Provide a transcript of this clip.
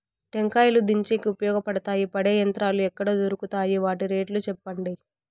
టెంకాయలు దించేకి ఉపయోగపడతాయి పడే యంత్రాలు ఎక్కడ దొరుకుతాయి? వాటి రేట్లు చెప్పండి?